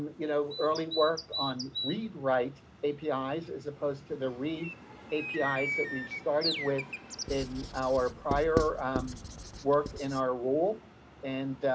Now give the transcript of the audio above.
you know, early work on read right api's as opposed to the read api's that we've started with in our prior um work in our role and,